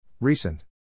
Recent